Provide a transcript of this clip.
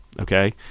Okay